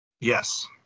Yes